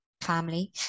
family